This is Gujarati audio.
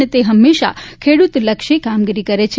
અને તે હંમેશા ખેડ્રતલક્ષી કામગીરી કરે છે